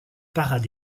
parades